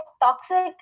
toxic